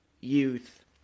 youth